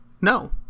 No